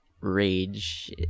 rage